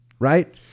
Right